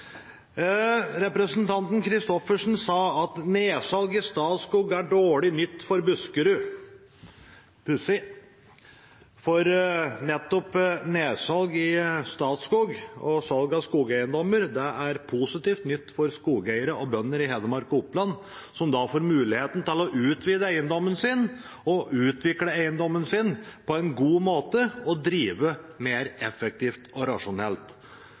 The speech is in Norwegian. Representanten Christoffersen sa at nedsalg i Statskog er dårlig nytt for Buskerud. Pussig, for nettopp nedsalg i Statskog og salg av skogeiendommer er positivt nytt for skogeiere og bønder i Hedmark og Oppland, som får mulighet til å utvide eiendommen sin, utvikle eiendommen sin på en god måte og drive mer effektivt og rasjonelt.